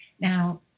Now